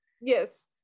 yes